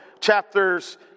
chapters